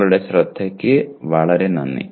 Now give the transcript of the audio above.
നിങ്ങളുടെ ശ്രദ്ധയ്ക്ക് വളരെ നന്ദി